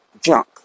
junk